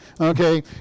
okay